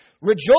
Rejoice